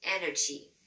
energy